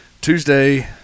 Tuesday